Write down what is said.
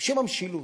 בשם המשילות.